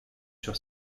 sur